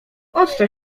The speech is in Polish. otto